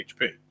HP